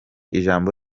ijambo